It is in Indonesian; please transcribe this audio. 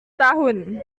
tahun